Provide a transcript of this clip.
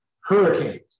hurricanes